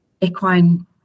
equine